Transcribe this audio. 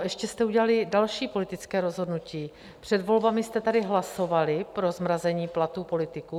Ještě jste udělali další politické rozhodnutí, před volbami jste tady všichni hlasovali pro zmrazení platů politiků.